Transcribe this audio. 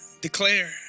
declare